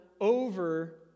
over